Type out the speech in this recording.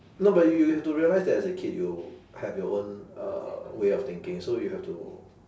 no but you you you have to realise that as a kid you have your own uh way of thinking so you have to